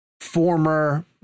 former